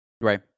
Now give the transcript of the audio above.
Right